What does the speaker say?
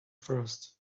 first